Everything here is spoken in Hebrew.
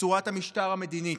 בצורת המשטר המדינית.